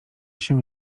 się